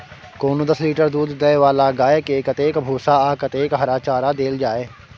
कोनो दस लीटर दूध दै वाला गाय के कतेक भूसा आ कतेक हरा चारा देल जाय?